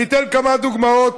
אני אתן כמה דוגמאות,